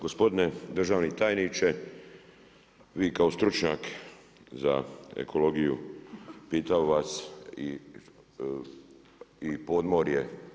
Gospodine državni tajniče, vi kao stručnjak za ekologiju, pitam vas i podmorje.